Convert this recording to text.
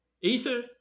Ether